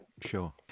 Sure